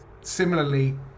similarly